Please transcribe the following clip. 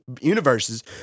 universes